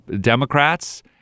Democrats